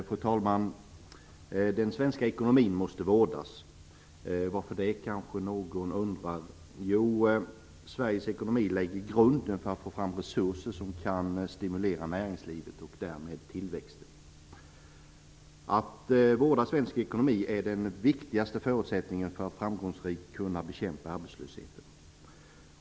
Fru talman! Den svenska ekonomin måste vårdas. Varför det? kanske någon undrar. Jo, Sveriges ekonomi lägger grunden för att få fram resurser som kan stimulera näringslivet och därmed tillväxten. Att vårda svensk ekonomi är den viktigaste förutsättningen för att framgångsrikt kunna bekämpa arbetslösheten.